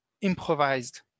improvised